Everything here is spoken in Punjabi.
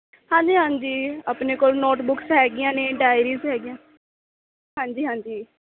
ਹਾਂਜੀ ਹਾਂਜੀ ਆਪਣੇ ਕੋਲ ਨੋਟ ਬੁੱਕਸ ਹੈਗੀਆਂ ਨੇ ਡਾਈਰਿਸ ਹੈਗੀਆਂ ਹਾਂਜੀ ਹਾਂਜੀ